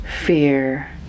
fear